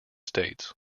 states